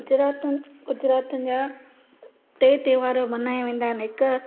गुजरातियुनि गुजरातियुनि जा टे त्योहार मल्हाया वेंदा आहिनि हिकु